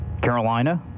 Carolina